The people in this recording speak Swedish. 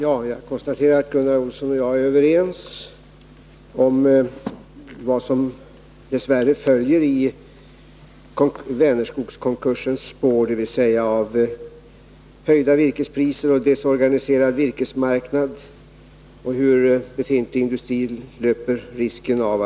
Fru talman! Jag konstaterar att Gunnar Olsson och jag är överens om vad som dess värre följer i Vänerskogskonkursens spår, dvs. höjda virkespriser, desorganiserad virkesmarknad och risk för att befintlig industri skall förlora råvara.